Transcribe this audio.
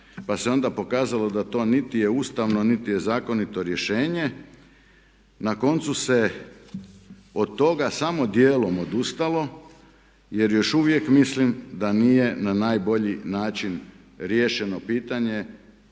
pa se onda pokazalo da to niti je ustavno niti je zakonito rješenje. Na koncu se od toga samo dijelom odustalo, jer još uvijek mislim da nije na najbolji način riješeno pitanje